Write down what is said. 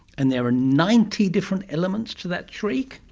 and there are ninety different elements to that shriek?